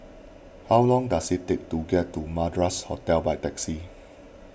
how long does it take to get to Madras Hotel by taxi